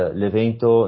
l'evento